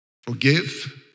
Forgive